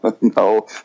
no